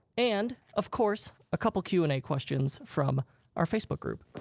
and of course, a couple q and a questions from our facebook group.